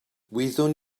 wyddwn